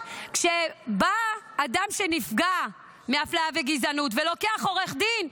כשבא אדם שנפגע מאפליה וגזענות ולוקח עורך דין,